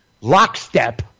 lockstep